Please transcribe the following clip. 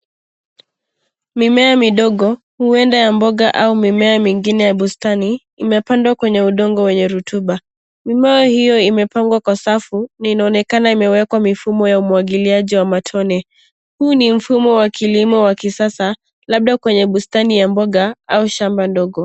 Mimea midogo huenda ya mboga au mimea mingine ya bustani imepandwa kwenye udongo wenye rutuba. Mimea hiyo imepangwa kwa safu na inaonekana imewekewa mifumo ya umwagiliaji wa matone. Huu ni mfumo wa kilimo wa kisasa labda kwenye bustani ya mboga au shamba ndogo.